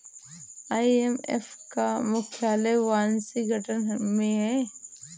IMF का मुख्यालय Washington में है